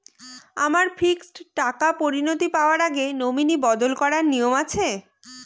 আমার ফিক্সড টাকা পরিনতি পাওয়ার আগে নমিনি বদল করার নিয়ম আছে?